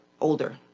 older